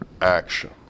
action